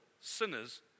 sinners